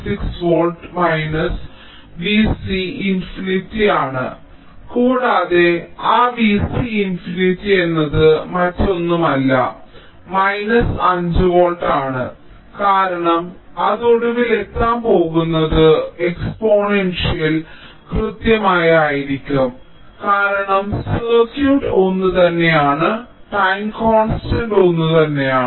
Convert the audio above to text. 16 volt minus V c infinity ആണ് കൂടാതെ ആ Vc ഇൻഫിനിറ്റി എന്നത് മറ്റൊന്നുമല്ല മൈനസ് 5 വോൾട്ട് ആണ് കാരണം അത് ഒടുവിൽ എത്താൻ പോകുന്നത് എക്സ്പോണൻഷ്യൽ കൃത്യമായി ആയിരിക്കും കാരണം സർക്യൂട്ട് ഒന്നുതന്നെയാണ് ടൈം കോൺസ്റ്റന്റ് ഒന്നുതന്നെയാണ്